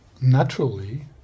naturally